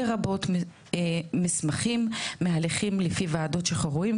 לרבות מסמכים מהליכים לפני ועדת שחרורים